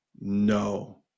no